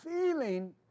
Feeling